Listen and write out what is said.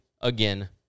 again